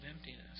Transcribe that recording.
emptiness